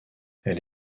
elle